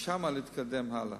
ומשם להתקדם הלאה.